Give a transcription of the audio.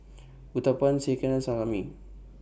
Uthapam Sekihan and Salami